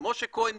משה כהן נדבק,